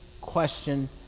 question